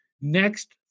next